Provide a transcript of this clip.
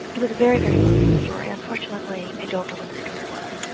it was a very, very moving story, unfortunately i don't know what the story was,